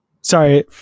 sorry